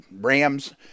Rams